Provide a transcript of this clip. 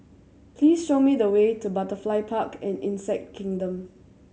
please show me the way to Butterfly Park and Insect Kingdom